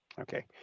Okay